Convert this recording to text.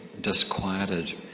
disquieted